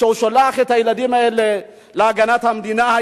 שהוא שולח את הילדים האלה להגן על המדינה,